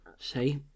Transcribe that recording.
say